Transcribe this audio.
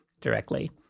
directly